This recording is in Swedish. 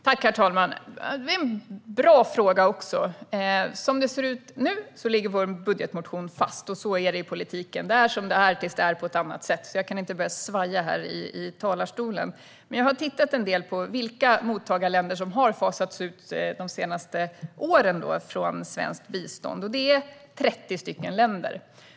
Herr talman! Det är också en bra fråga. Som det ser ut nu ligger vår budgetmotion fast. Så är det i politiken, att det är som det är tills det är på ett annat sätt, så jag kan inte börja svaja här i talarstolen. Jag har tittat en del på vilka mottagarländer som har fasats ut de senaste åren från svenskt bistånd, och det är 30 länder.